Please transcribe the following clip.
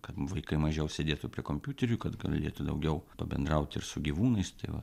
kad vaikai mažiau sėdėtų prie kompiuterių kad galėtų daugiau pabendrauti ir su gyvūnais tai va